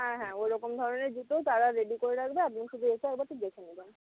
হ্যাঁ হ্যাঁ ওইরকম ধরনের জুতো তারা রেডি করে রাখবে আমি শুধু এসে একবারটি দেখে নেবেন